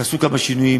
תעשו כמה שינויים